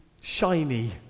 shiny